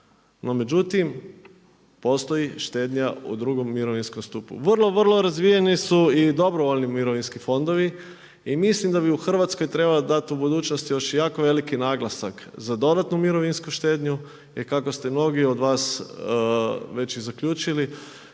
No međutim postoji štednja u drugom mirovinskom stupu, vrlo, vrlo razvijeni su i dobrovoljni mirovinski fondovi i mislim da bi u Hrvatskoj treba dati u budućnosti još jako veliki naglasak za dodatnu mirovinsku štednju i kako ste mnogi od vas veći i zaključili,